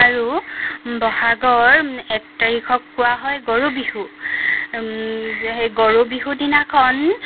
আৰু বহাগৰ এক তাৰিখক কোৱা হয় গৰু বিহু এই গৰু বিহু দিনাখন